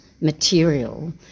material